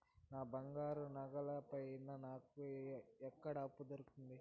నా బంగారు నగల పైన నాకు ఎక్కడ అప్పు దొరుకుతుంది